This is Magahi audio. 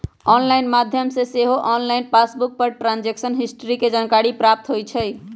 ऑनलाइन माध्यम से सेहो ऑनलाइन पासबुक पर ट्रांजैक्शन हिस्ट्री के जानकारी प्राप्त हो जाइ छइ